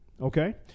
okay